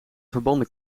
verbanden